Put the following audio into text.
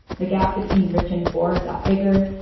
the gap between rich and poor got bigger.